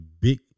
big